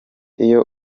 iyo